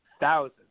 thousands